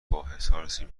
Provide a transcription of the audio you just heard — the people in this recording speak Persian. محصور